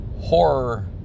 horror